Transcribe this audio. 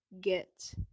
Get